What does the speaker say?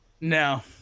No